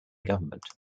government